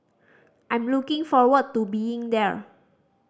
I'm looking forward to being there